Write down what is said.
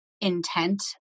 intent